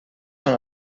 són